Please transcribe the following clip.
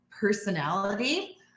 personality